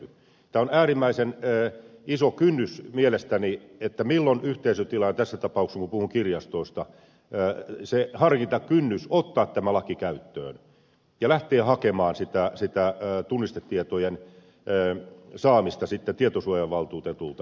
tämä on äärimmäisen iso kynnys mielestäni mikä on yhteisötilaajan tässä tapauksessa puhun kirjastoista harkintakynnys ottaa tämä laki käyttöön ja lähteä hakemaan tunnistetietojen saamista tietosuojavaltuutetulta